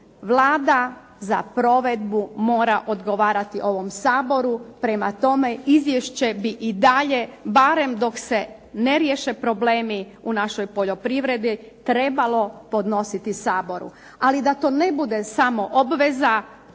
Vlada za provedbu mora odgovarati ovom Saboru. Prema tome, izvješće bi i dalje, barem dok se ne riješe problemi u našoj poljoprivredi trebalo podnositi Saboru. Ali da to ne bude samo obveza